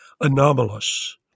anomalous